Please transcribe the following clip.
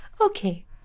Okay